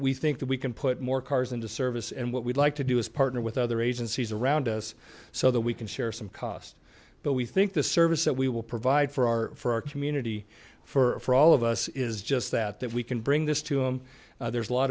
we think that we can put more cars into service and what we'd like to do is partner with other agencies around us so that we can share some cost but we think the service that we will provide for our for our community for all of us is just that that we can bring this to him there's a lot